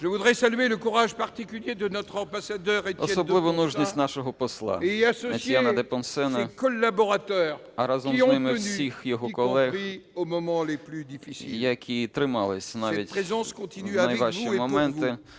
особливу мужність нашого посла Етьєна де Понсена, а разом з ним всіх його колег, які тримались навіть в найважчі моменти.